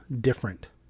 different